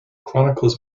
chronicles